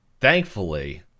Thankfully